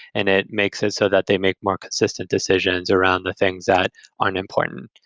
and it makes it so that they make more consistent decisions around the things that aren't important.